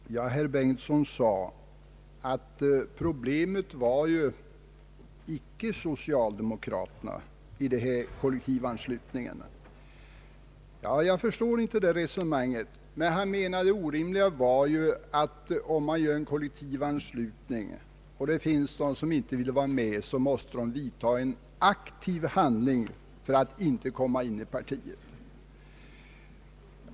Herr talman! Herr Bengtson sade att det inte är socialdemokraterna utan de som inte är det som utgör problemet när det gäller kollektivanslutningen. Jag förstår inte det resonemanget. Herr Bengtson anser att om det beslutas om kollektivanslutning så måste de som inte vill vara med vidta en aktiv handling för att inte komma in i partiet.